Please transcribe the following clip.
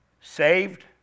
saved